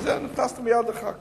נכנסתי מייד אחר כך.